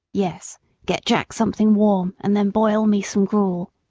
yes get jack something warm, and then boil me some gruel.